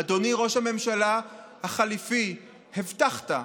אדוני ראש הממשלה החליפי, הבטחת.